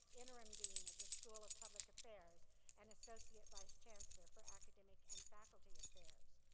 interim dean of the school of public affairs and associate vice chancellor for academic and faculty affairs.